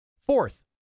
Fourth